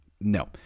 No